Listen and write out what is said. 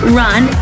run